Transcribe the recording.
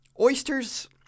oysters